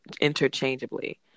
interchangeably